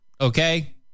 Okay